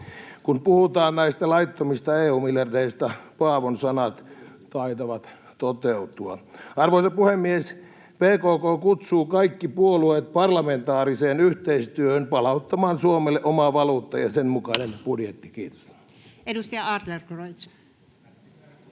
Kun puhutaan näistä laittomista EU-miljardeista, Paavon sanat taitavat toteutua. Arvoisa puhemies! VKK kutsuu kaikki puolueet parlamentaariseen yhteistyöhön palauttamaan Suomelle oma valuutta ja sen mukainen budjetti. — Kiitos. [Perussuomalaisten